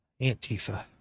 Antifa